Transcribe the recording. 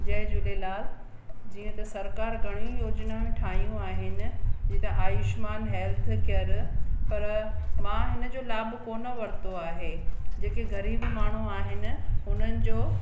जय झूलेलाल जीअं त सरकारु घणी योजनाऊं ठाहियूं आहिनि जीअं त आयुष्मान हेल्थ केयर पर मां हिनजो लाभु कोन्ह वरितो आहे जेके ग़रीब माण्हू आहिनि हुननि जो